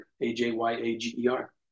A-J-Y-A-G-E-R